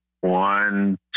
one